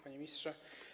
Panie Ministrze!